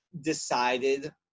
decided